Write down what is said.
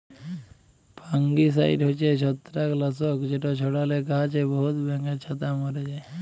fungicide হছে ছত্রাক লাসক যেট ছড়ালে গাহাছে বহুত ব্যাঙের ছাতা ম্যরে যায়